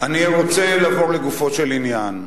אני רוצה לעבור לגופו של עניין.